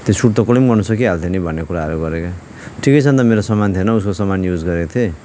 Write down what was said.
त्यो सुट त कसैले पनि गर्न सकिहाल्थ्यो नि भन्ने कुराहरू गर्यो क्या ठिकै छ नि त मेरो सामान थिएन उसको सामान युज गरेको थिएँ